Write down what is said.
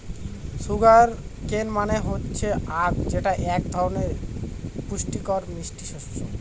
sugar cane মানে হচ্ছে আঁখ যেটা এক ধরনের পুষ্টিকর মিষ্টি শস্য